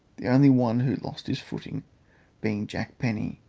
the only one who lost his footing being jack penny,